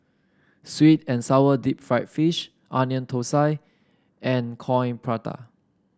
sweet and sour Deep Fried Fish Onion Thosai and Coin Prata